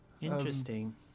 Interesting